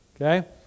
okay